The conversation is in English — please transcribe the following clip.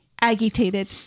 Agitated